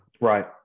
Right